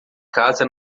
casa